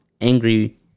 angry